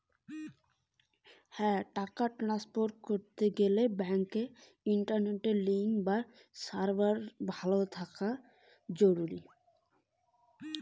টাকা ট্রানস্ফারস এর জন্য কি ব্যাংকে ইন্টারনেট লিংঙ্ক থাকা জরুরি?